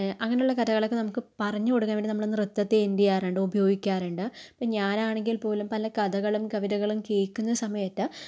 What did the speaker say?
അങ്ങനെയുള്ള കഥകളൊക്കെ നമുക്ക് പറഞ്ഞു കൊടുക്കാൻ വേണ്ടി നമ്മൾ നൃത്തത്തെ ഹിന്റിയാറുണ്ട് ഉപയോഗിക്കാറുണ്ട് ഇപ്പോൾ ഞാനാണെങ്കിൽ പോലും പല കഥകളും കവിതകളും കേൾക്കുന്ന സമയത്തു